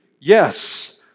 Yes